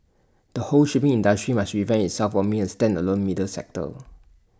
the whole shipping industry must revamp itself from being A standalone middle sector